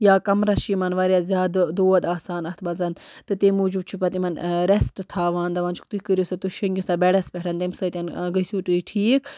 یا کَمرَس چھِ یِمَن واریاہ زیادٕ دود آسان اَتھ مَنز تہٕ تمہِ موٗجوٗب چھِ پَتہٕ یِمَن ریسٹ تھاوان دَپان چھِکھ تُہۍ کٔرِو سا تُہۍ شینگیو سا بٮ۪ڈس پٮ۪ٹھ تمہِ سۭتۍ گٔژھِو تُہۍ ٹھیٖک